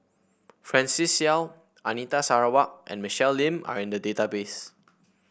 Francis Seow Anita Sarawak and Michelle Lim are in the database